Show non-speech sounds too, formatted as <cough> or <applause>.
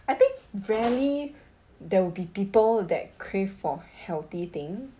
I think rarely <noise> there will be people that crave for healthy thing